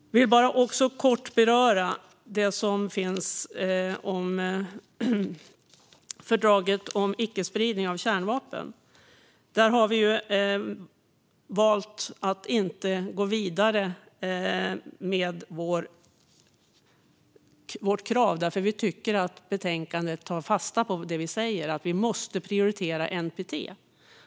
Jag vill också bara kort beröra det som sägs i betänkandet om fördraget om icke-spridning av kärnvapen. Där har vi valt att inte gå vidare med vårt krav eftersom vi tycker att betänkandet tar fasta på det vi säger, nämligen att vi måste prioritera NPT.